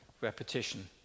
repetition